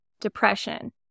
depression